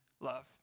love